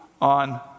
on